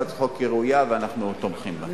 לכן, הצעת החוק היא ראויה ואנחנו תומכים בה.